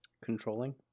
Controlling